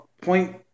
point